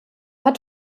hat